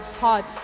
hard